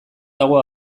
dago